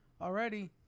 already